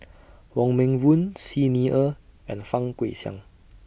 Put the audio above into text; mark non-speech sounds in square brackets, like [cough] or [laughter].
[noise] Wong Meng Voon Xi Ni Er and Fang Guixiang